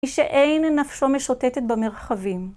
היא שאין נפשו משוטטת במרחבים.